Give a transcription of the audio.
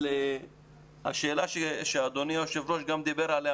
ענו על השאלה שאדוני היו"ר דיבר עליה,